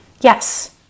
Yes